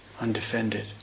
undefended